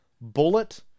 Bullet